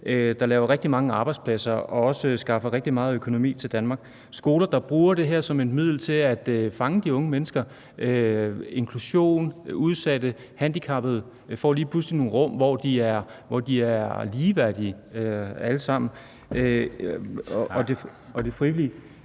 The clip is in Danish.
der laver rigtig mange arbejdspladser og også skaffer rigtig meget økonomi til Danmark. Der er skoler, der bruger det her til at fange de unge mennesker i forhold til inklusion. Udsatte og handicappede får lige pludselig nogle rum, hvor de alle sammen er ligeværdige.